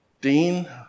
Dean